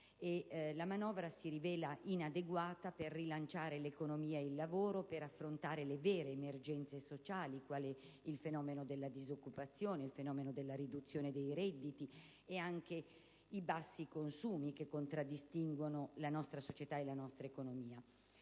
la manovra si rivela inadeguata per rilanciare l'economia ed il lavoro, per affrontare le vere emergenze sociali quali il fenomeno della disoccupazione, della riduzione dei redditi ed anche i bassi consumi che contraddistinguono la nostra società e la nostra economia.